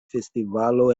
festivalo